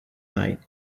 night